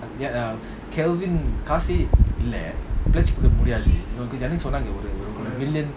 ya err kelvin காசுஇல்லஅண்ணிசொன்னாங்க:kaasu illa anni sonnanga